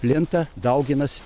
plinta dauginas